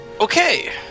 Okay